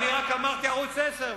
אני רק אמרתי ערוץ-10,